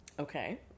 Okay